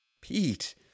Pete